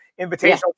invitational